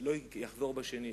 כדי שלא יחזור שנית.